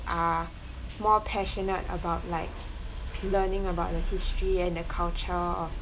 are more passionate about like learning about the history and the culture of